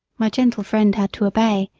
my gentle friend had to obey,